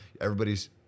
everybody's